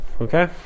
okay